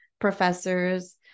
professors